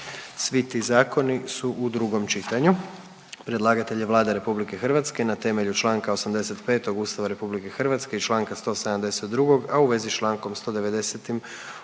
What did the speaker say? Svi ti zakoni su u drugom čitanju. Predlagatelj je Vlada Republike Hrvatske na temelju članka 85. Ustava Republike Hrvatske i članka 172., a u vezi s člankom 190.